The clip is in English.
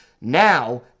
now